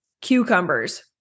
cucumbers